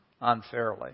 unfairly